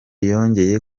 yongeye